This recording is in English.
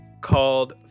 called